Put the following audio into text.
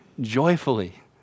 joyfully